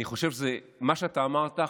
אני חושב שמה שאתה אמרת,